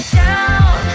down